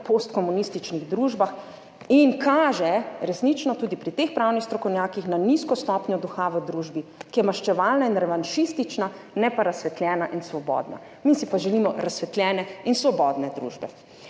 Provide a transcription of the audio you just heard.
postkomunističnih družbah in kaže resnično tudi pri teh pravnih strokovnjakih na nizko stopnjo duha v družbi, ki je maščevalna in revanšistična, ne pa razsvetljena in svobodna. Mi si pa želimo razsvetljene in svobodne družbe.